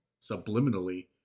subliminally